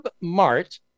mart